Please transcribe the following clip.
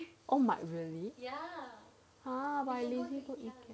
oh my goodness !huh! but I lazy go ikea